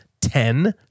Ten